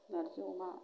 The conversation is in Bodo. नारजि अमा